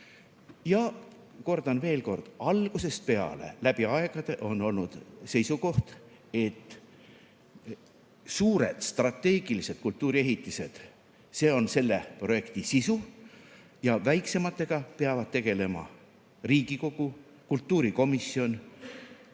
Kordan veel kord: algusest peale, läbi aegade on olnud seisukoht, et suured strateegilised kultuuriehitised on selle projekti sisu, ja väiksematega peavad tegelema Riigikogu, kultuurikomisjon,